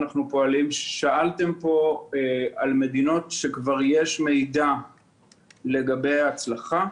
שאלתם פה על מדינות שבהן כבר יש מידע לגבי ההצלחה.